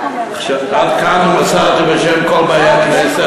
עד כאן מסרתי בשם כל באי הכנסת,